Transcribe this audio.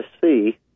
see